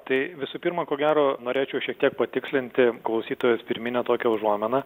tai visų pirma ko gero norėčiau šiek tiek patikslinti klausytojos pirminę tokią užuomeną